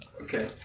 Okay